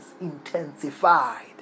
intensified